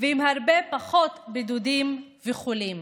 ועם הרבה פחות בידודים וחולים,